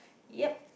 yep